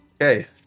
Okay